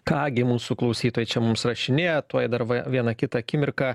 ką gi mūsų klausytojai čia mums rašinėja tuoj dar va vieną kitą akimirką